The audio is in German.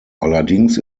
allerdings